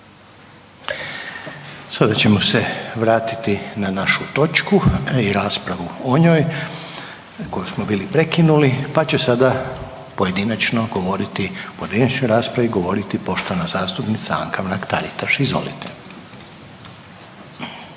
Sada ćemo se vratiti na našu točku i raspravu o njoj koju smo bili prekinuli, pa će sada pojedinačno govoriti, u pojedinačnoj raspravi govoriti poštovana zastupnica Anka Mrak Taritaš. Izvolite.